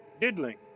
Diddling